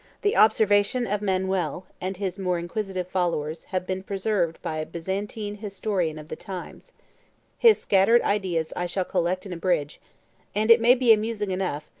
the observations of manuel, and his more inquisitive followers, have been preserved by a byzantine historian of the times his scattered ideas i shall collect and abridge and it may be amusing enough,